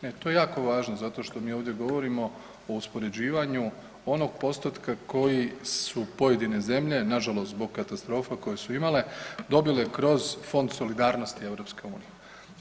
Ne, to je jako važno zato što mi ovdje govorimo o uspoređivanju onog postotka koji su pojedine zemlje, nažalost zbog katastrofa koje su imale, dobile kroz Fond solidarnosti EU-a.